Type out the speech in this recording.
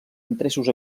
interessos